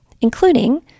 including